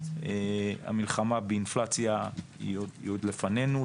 המלחמה באינפלציה היא עוד לפנינו,